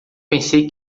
pensei